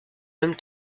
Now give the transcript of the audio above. même